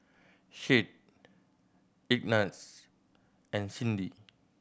Shade Ignatz and Cyndi